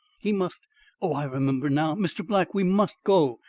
he must oh, i remember now. mr. black, we must go.